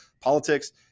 politics